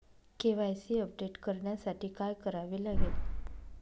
KYC update करण्यासाठी काय करावे लागेल?